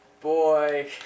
Boy